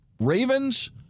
Ravens